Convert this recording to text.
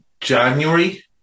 January